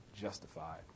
justified